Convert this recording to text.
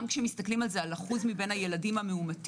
גם כשמסתכלים על זה על אחוז מבין הילדים המאומתים,